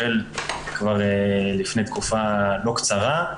החל כבר לפני תקופה לא קצרה,